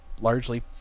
largely